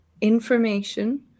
information